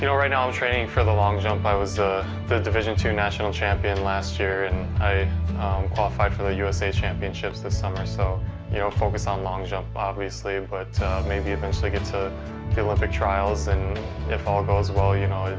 you know right now i'm training for the long jump. i was the division ii national champion last year and i qualified for the usa championships this summer. so you know focus on long jump, obviously, but maybe eventually get to olympic trials and if all goes well, you know,